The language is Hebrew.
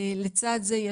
לצד זה,